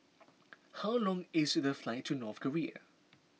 how long is the flight to North Korea